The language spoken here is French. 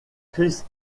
chris